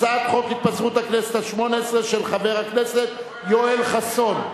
הצעת חוק התפזרות הכנסת השמונה-עשרה של חבר הכנסת יואל חסון,